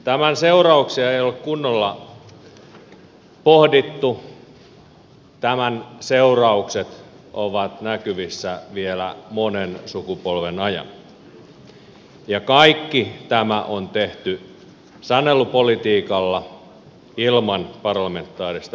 tämän seurauksia ei ole kunnolla pohdittu tämän seuraukset ovat näkyvissä vielä monen sukupolven ajan ja kaikki tämä on tehty sanelupolitiikalla ilman parlamentaarista yhteistyötä